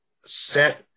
set